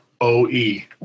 O-E